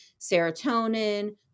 serotonin